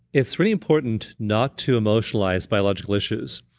it's really important not to emotionalize biological issues.